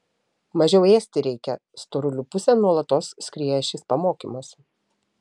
mažiau ėsti reikia storulių pusėn nuolatos skrieja šis pamokymas